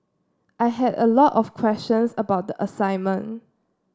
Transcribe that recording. I had a lot of questions about the assignment